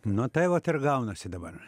nu tai vat ir gaunasi dabar